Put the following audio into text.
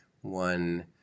one